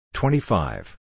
Twenty-five